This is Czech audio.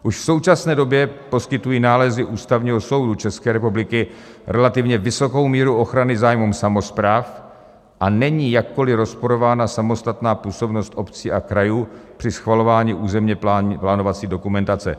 Už v současné době poskytují nálezy Ústavního soudu České republiky relativně vysokou míru ochrany zájmům samospráv a není jakkoli rozporována samostatná působnost obcí a krajů při schvalování územněplánovací dokumentace.